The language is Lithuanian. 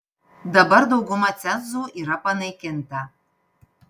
dabar dauguma cenzų yra panaikinta